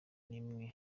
n’imwe